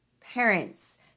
Parents